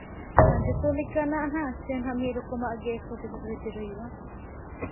ᱟᱨ ᱡᱚᱛᱚ ᱞᱮᱠᱟᱱᱟᱜ ᱦᱟᱸᱜ ᱥᱮ ᱢᱤᱫ ᱨᱚᱠᱚᱢᱟᱜ ᱜᱮ ᱮᱠᱥᱚ ᱯᱚᱪᱟᱥ ᱵᱷᱤᱛᱨᱤ ᱨᱮ ᱦᱩᱭᱩᱜᱼᱟ